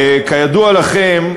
וכידוע לכם,